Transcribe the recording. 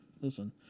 Listen